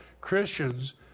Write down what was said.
Christians